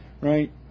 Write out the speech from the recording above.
Right